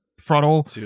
throttle